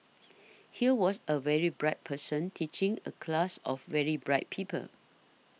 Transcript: here was a very bright person teaching a class of very bright people